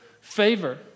favor